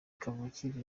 kavukire